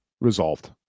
resolved